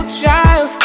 child